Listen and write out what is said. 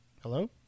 hello